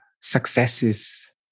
successes